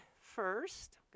first